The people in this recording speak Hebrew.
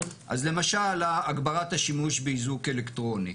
אז למשל, הגברת השימוש באיזוק אלקטרוני.